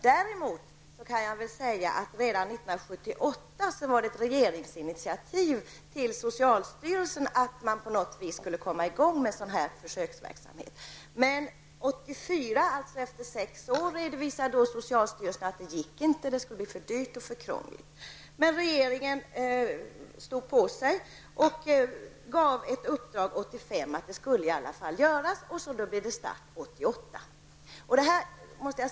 Däremot kan jag tala om att ett regeringsinitiativ togs 1978 för att socialstyrelsen skulle komma i gång med en sådan försöksverksamhet. Efter sex år, 1984, redovisade socialstyrelsen att det inte gick. Det skulle bli för dyrt och för krångligt. Regeringen stod på sig, och 1985 gav regeringen socialstyrelsen i uppdrag att försöket skulle genomföras. Försöket startades 1988.